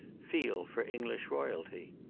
feel for english royalty.